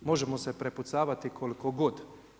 Možemo se prepucavati koliko god.